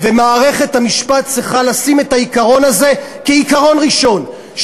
ומערכת המשפט צריכה לשים את העיקרון הזה כעיקרון ראשון,